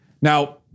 Now